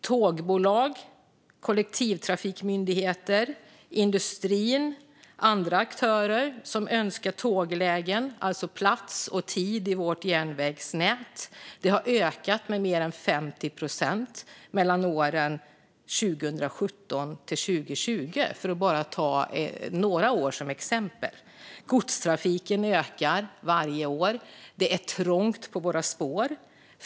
Tågbolag, kollektivtrafikmyndigheter, industrin och andra aktörer som önskar tåglägen, det vill säga plats och tid i vårt järnvägsnät, har ökat med mer än 50 procent åren 2017-2020, för att bara ta några år som exempel. Godstrafiken ökar varje år. Det är trångt på våra spår.